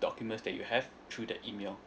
documents that you have through the email